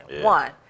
One